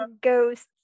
ghosts